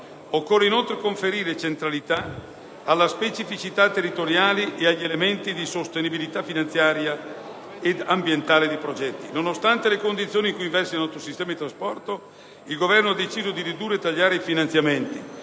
Occorre, inoltre, conferire centralità alle specificità territoriali ed agli elementi di sostenibilità finanziaria ed ambientale dei progetti. Nonostante le condizioni in cui versa il nostro sistema di trasporto pubblico locale, il Governo ha deciso di ridurre e tagliare i finanziamenti.